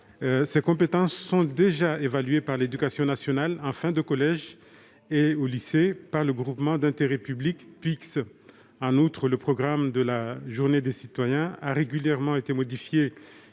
ces compétences sont déjà évaluées par l'éducation nationale en fin de collège et au lycée par le groupement d'intérêt public Pix. En outre, le programme de la JDC a régulièrement été modifié